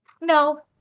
no